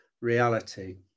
reality